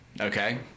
okay